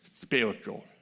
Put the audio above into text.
spiritual